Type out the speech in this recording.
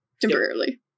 temporarily